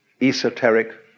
esoteric